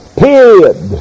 period